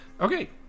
Okay